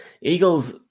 Eagles